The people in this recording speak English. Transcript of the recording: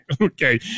Okay